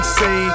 say